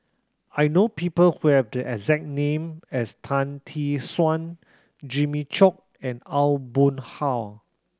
I know people who have the exact name as Tan Tee Suan Jimmy Chok and Aw Boon Haw